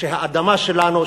שהאדמה שלנו,